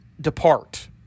depart